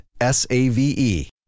S-A-V-E